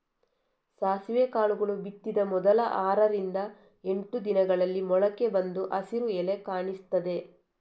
ಸಾಸಿವೆ ಕಾಳುಗಳು ಬಿತ್ತಿದ ಮೊದಲ ಆರರಿಂದ ಎಂಟು ದಿನಗಳಲ್ಲಿ ಮೊಳಕೆ ಬಂದು ಹಸಿರು ಎಲೆ ಕಾಣಿಸ್ತದೆ